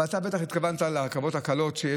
אבל אתה בטח התכוונת לרכבות הקלות,